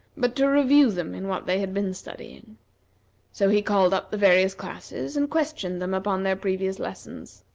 but to review them in what they had been studying so he called up the various classes, and questioned them upon their previous lessons.